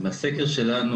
מהסקר שלנו,